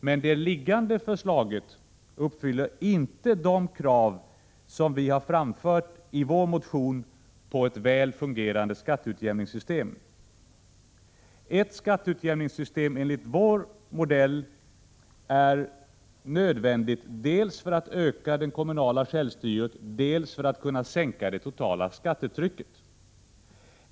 Men det liggande förslaget uppfyller inte de krav på ett väl fungerande skatteutjämningssystem som vi har framfört i vår motion. Ett skatteutjämningssystem enligt vår modell är nödvändigt dels för att öka det kommunala självstyret, dels för att kunna sänka det totala skattetrycket.